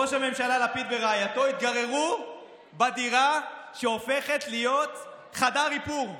ראש הממשלה לפיד ורעייתו התגוררו בדירה שהופכת להיות חדר איפור.